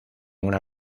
una